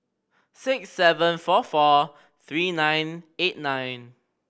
six seven four four three nine eight nine